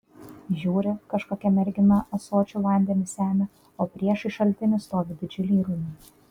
žiūri kažkokia mergina ąsočiu vandenį semia o priešais šaltinį stovi didžiuliai rūmai